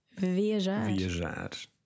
Viajar